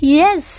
yes